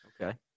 Okay